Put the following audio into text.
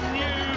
new